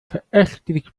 verächtlich